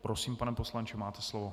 Prosím, pane poslanče, máte slovo.